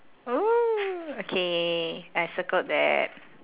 oh okay I circled that